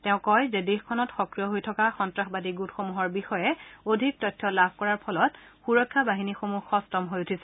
তেওঁ কয় যে দেশখনত সক্ৰিয় হৈ থকা সন্তাসবাদী গোটসমূহৰ বিষয়ে অধিক তথ্য লাভ কৰাৰ ফলত সূৰক্ষা বাহিনীসমূহ সষ্টম হৈ উঠিছে